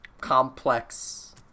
complex